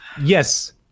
Yes